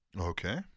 Okay